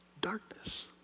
Darkness